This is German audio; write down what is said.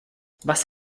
was